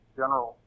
general